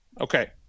Okay